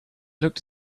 looked